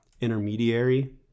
intermediary